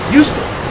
useless